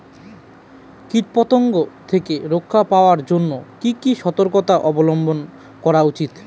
কীটপতঙ্গ থেকে রক্ষা পাওয়ার জন্য কি কি সর্তকতা অবলম্বন করা উচিৎ?